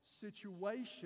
situation